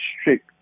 strict